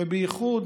ובייחוד,